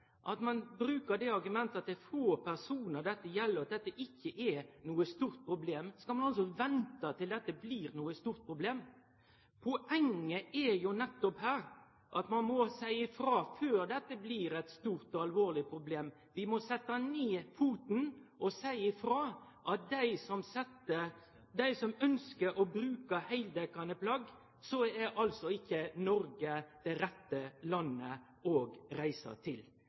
er få personar dette gjeld, og at dette ikkje er noko stort problem, skal ein vente til dette blir eit stort problem? Poenget er jo nettopp at ein må seie ifrå før dette blir eit stort og alvorleg problem. Vi må setje ned foten og seie ifrå at for dei som ønskjer å bruke heildekkjande plagg, er ikkje Noreg det rette landet å reise til.